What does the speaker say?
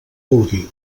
vulgui